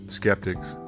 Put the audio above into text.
skeptics